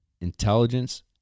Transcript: intelligence